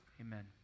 Amen